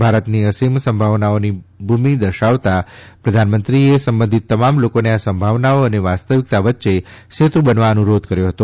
ભારતને અસિમિત સંભાવનાઓની ભૂમિ દર્શાવતા પ્રધાનમંત્રીએ સંબંધિત તમામ લોકોને આ સંભાવનાઓ અને વાસ્તવિકતા વચ્ચે સેતુ બનવા અનુરોધ કર્યો હતો